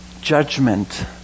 judgment